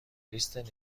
لیست